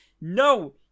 No